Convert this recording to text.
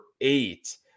eight